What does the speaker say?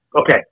Okay